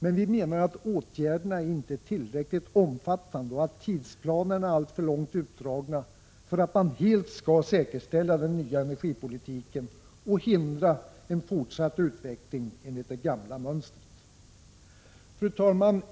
Men vi menar att åtgärderna inte är tillräckligt omfattande och att tidsplanerna är alltför långt utdragna för att man helt skall säkerställa den nya energipolitiken och hindra en fortsatt utveckling enligt det gamla mönstret.